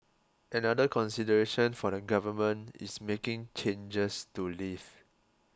another consideration for the Government is making changes to leave